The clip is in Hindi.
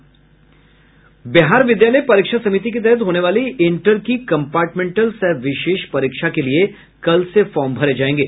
बिहार विद्यालय परीक्षा समिति के तहत होने वाली इन्टर की कम्पार्टमेंटल सह विशेष परीक्षा के लिए कल से फॉर्म भरे जाएंगे